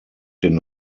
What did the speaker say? den